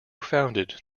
founded